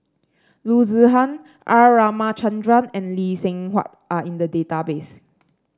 Loo Zihan R Ramachandran and Lee Seng Huat are in the database